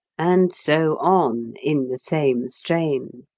and so on, in the same strain.